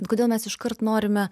kodėl mes iškart norime